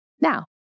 Now